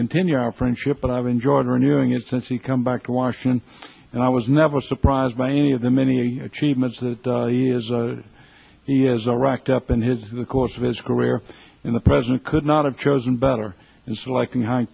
continue our friendship but i've enjoyed renewing it since he come back to washington and i was never surprised by any of the many achievements that he is a he is a racked up in his the course of his career in the president could not have chosen better in selecting h